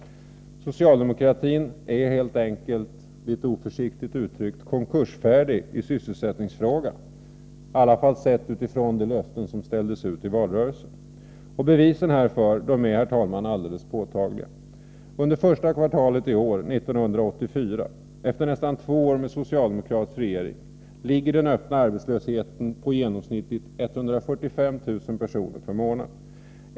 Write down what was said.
Socialdemokratin är helt enkelt, litet oförsiktigt uttryckt, konkursfärdig i sysselsättningsfrågan — i alla fall sett utifrån de löften som ställdes ut i valrörelsen. Bevisen härför är, herr talman, alldeles påtagliga. Under första kvartalet i år, efter nästan två år med socialdemokratisk regering, ligger den öppna arbetslösheten på genomsnittligt 145 000 personer per månad.